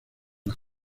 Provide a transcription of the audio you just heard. las